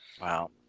wow